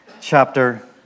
chapter